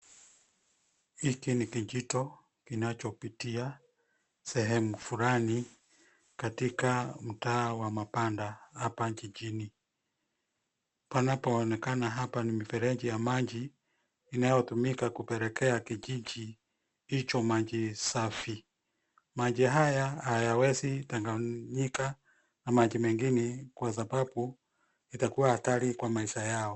Hiki ni kijito kinachopitia sehemu fulani katika mtaa wa mabanda hapa jijini. Panapoonekana hapa ni mifereji ya maji inayotumika kupelekea kijiji hicho maji safi. Maji haya hayawezi changanyika na maji mengine kwa sababu itakua hatari kwa maisha yao.